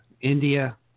India